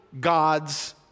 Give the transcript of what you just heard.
gods